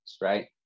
right